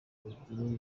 imibyinire